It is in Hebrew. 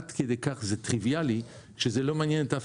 עד כדי כך זה טריוויאלי שזה לא מעניין אף